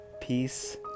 peace